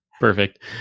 Perfect